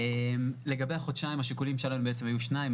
לגבי החודשיים השיקולים שלנו בעצם היו שניים.